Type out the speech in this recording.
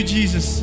Jesus